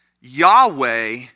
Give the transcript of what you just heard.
Yahweh